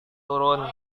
turun